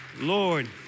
Lord